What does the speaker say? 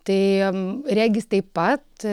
tai regis taip pat